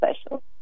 special